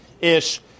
ish